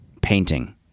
painting